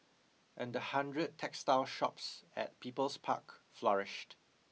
and the hundred textile shops at People's Park flourished